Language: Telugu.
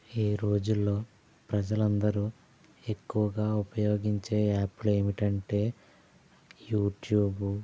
ఈరోజుల్లో ప్రజలందరూ ఎక్కువగా ఉపయోగించే యాప్లు ఏమిటంటే యూట్యూబు